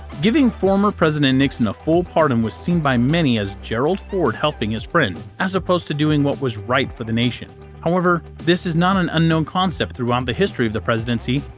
giving former president nixon a full pardon was seen by many as gerald ford helping his friend, as opposed to doing what was right for the nation. however, this is not an unknown concept. throughout the history of the presidency,